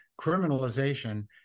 criminalization